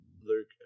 Luke